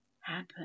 happen